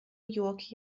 york